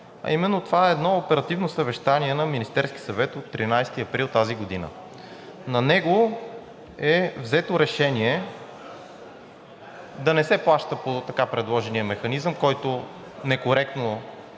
а именно това е едно оперативно съвещание на Министерския съвет от 13 април тази година. На него е взето решение да не се плаща по така предложения механизъм, за който некоректно